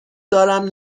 دارم